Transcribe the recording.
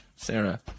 Sarah